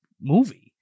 movie